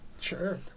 sure